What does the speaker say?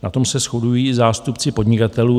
Na tom se shodují i zástupci podnikatelů.